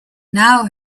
now